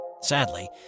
Sadly